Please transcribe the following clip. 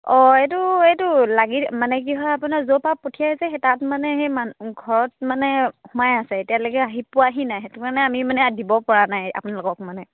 অঁ এইটো এইটো লাগি মানে কি হয় আপোনাৰ য'ৰ পৰা পঠিয়াইছে সেই তাত মানে সেই মান ঘৰত মানে সোমাই আছে এতিয়ালৈকে আহি পোৱাহি নাই সেইটো কাৰানে আমি মানে দিব পৰা নাই আপোনালোকক মানে